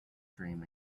dream